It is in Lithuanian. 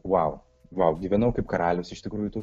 vau vau gyvenau kaip karalius iš tikrųjų tų